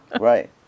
Right